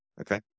Okay